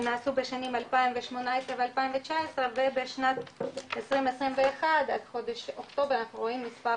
שנעשו בשנים 2018 ו-2019 ובשנת 2021 עד חודש אוקטובר אנחנו רואים מספר